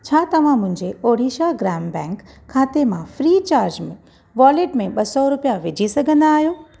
छा तव्हां मुंहिंजे ओडिशा ग्राम बैंक खाते मां फ्री चार्ज वॉलेट में ॿ सौ रुपिया विझी सघंदा आयो